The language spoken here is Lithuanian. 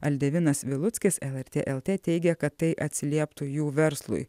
aldevinas viluckis lrt lt teigė kad tai atsilieptų jų verslui